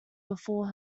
before